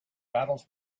battles